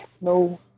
no